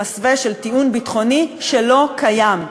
במסווה של טיעון ביטחוני שלא קיים,